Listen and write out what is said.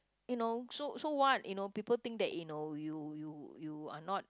you know so so what you know people think that you know you you you are not